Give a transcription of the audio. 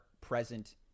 present